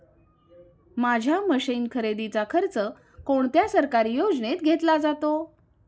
माझ्या मशीन खरेदीचा खर्च कोणत्या सरकारी योजनेत घेतला जातो?